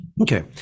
Okay